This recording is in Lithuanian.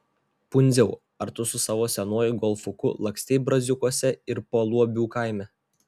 pundziau ar tu su savo senuoju golfuku lakstei braziūkuose ir paluobių kaime